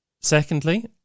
Secondly